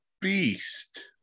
beast